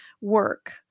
work